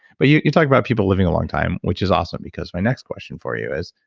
but you you talk about people living a long time, which is awesome because my next question for you is,